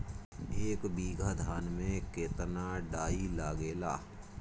एक बीगहा धान में केतना डाई लागेला?